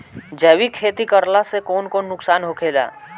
जैविक खेती करला से कौन कौन नुकसान होखेला?